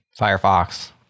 Firefox